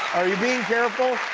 are you being careful?